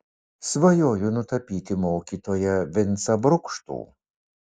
svajoju nutapyti mokytoją vincą brukštų